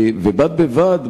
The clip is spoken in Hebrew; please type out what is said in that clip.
ובד בבד,